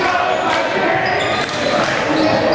no no